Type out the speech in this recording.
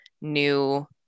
new